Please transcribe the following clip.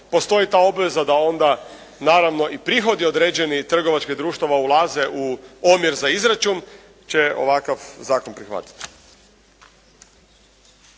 postoji ta obveza da onda naravno i prihodi određeni trgovačkih društava ulaze u omjer za izračun će ovakav zakon prihvatiti.